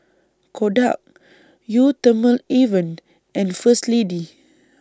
Kodak Eau Thermale Avene and First Lady